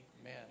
Amen